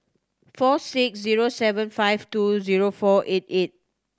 four six zero seven five two zero four eight eight